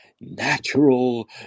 natural